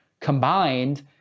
combined